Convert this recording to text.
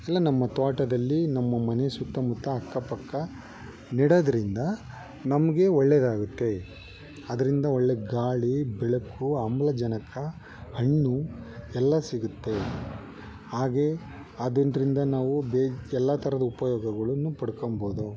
ಎಲ್ಲ ನಮ್ಮ ತೋಟದಲ್ಲಿ ನಮ್ಮ ಮನೆ ಸುತ್ತಮುತ್ತ ಅಕ್ಕಪಕ್ಕ ನೆಡೋದರಿಂದ ನಮಗೆ ಒಳ್ಳೆದಾಗುತ್ತೆ ಅದರಿಂದ ಒಳ್ಳೆ ಗಾಳಿ ಬೆಳಕು ಆಮ್ಲಜನಕ ಹಣ್ಣು ಎಲ್ಲ ಸಿಗುತ್ತೆ ಹಾಗೆ ಅದಿದರಿಂದ ನಾವು ಬೇ ಎಲ್ಲ ಥರದ್ ಉಪಯೋಗಗಳನ್ನು ಪಡ್ಕೊಬೋದು